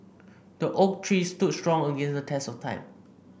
the oak tree stood strong against the test of time